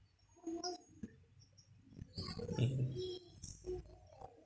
mm